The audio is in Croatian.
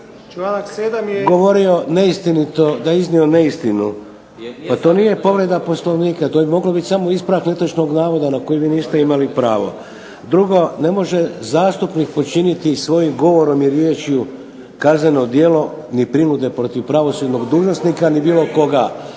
da je govorio neistinito, da je iznio neistinu. Pa to nije povreda Poslovnika, to je moglo biti samo ispravak netočnog navoda, na koji vi niste imali pravo. Drugo, ne može zastupnik počiniti svojim govorim i riječju kazneno djelo, ni prinude protiv pravosudnog dužnosnika, ni bilo koga.